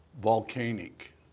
volcanic